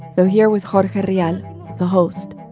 though here was jorge rial, the host,